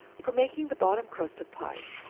for making the bottom crust of pies,